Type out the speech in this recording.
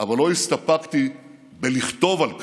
אבל לא הסתפקתי בלכתוב על כך,